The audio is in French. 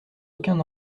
aucun